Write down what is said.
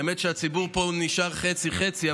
האמת היא שהציבור פה נשאר חצי-חצי,